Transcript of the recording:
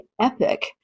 epic